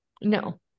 No